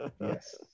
Yes